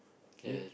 K